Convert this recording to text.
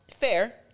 fair